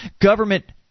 government